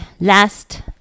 Last